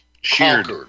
sheared